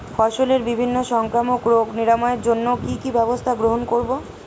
ফসলের বিভিন্ন সংক্রামক রোগ নিরাময়ের জন্য কি কি ব্যবস্থা গ্রহণ করব?